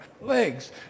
legs